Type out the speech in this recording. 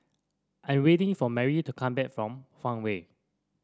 I am waiting for Mary to come back from Farmway